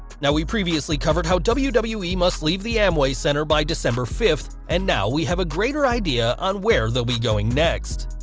now, we previously covered how wwe wwe must leave the amway center by december fifth, and now we have a greater idea on where they'll be going next.